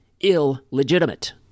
illegitimate